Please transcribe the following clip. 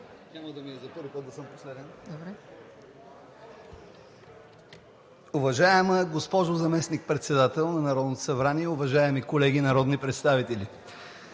Няма да ми е за първи път да съм последен. Уважаема госпожо Заместник-председател на Народното събрание, уважаеми колеги народни представители!